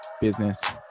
business